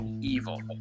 evil